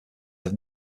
have